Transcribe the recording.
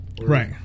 Right